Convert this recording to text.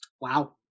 Wow